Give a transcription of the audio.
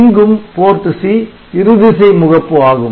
இங்கும் PORT C இருதிசை முகப்பு ஆகும்